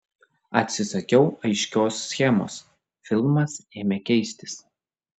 atsisakiau aiškios schemos filmas ėmė keistis